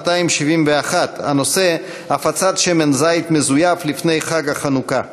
271. הנושא: הפצת שמן זית מזויף לפני חג החנוכה.